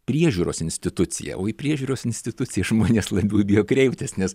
priežiūros institucija o į priežiūros instituciją žmonės labiau bijo kreiptis nes